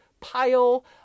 pile